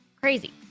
crazy